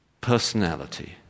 personality